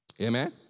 Amen